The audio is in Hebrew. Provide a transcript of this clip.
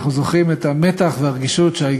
אנחנו זוכרים את המתח והרגישות שהיו